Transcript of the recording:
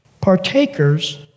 partakers